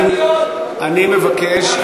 אני מבקש.